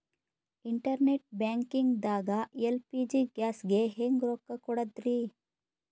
Internet banking ದಾಗ LPG ಗ್ಯಾಸ್ಗೆ ಹೆಂಗ್ ರೊಕ್ಕ ಕೊಡದ್ರಿ?